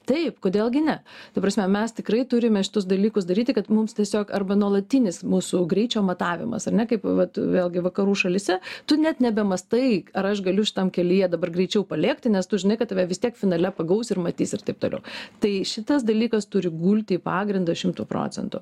taip kodėl gi ne ta prasme mes tikrai turime šitus dalykus daryti kad mums tiesiog arba nuolatinis mūsų greičio matavimas ar ne kaip vat vėlgi vakarų šalyse tu net nebemąstai ar aš galiu šitam kelyje dabar greičiau palėkti nes tu žinai kad tave vis tiek finale pagaus ir matys ir taip toliau tai šitas dalykas turi gulti į pagrindą šimtu procentų